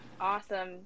Awesome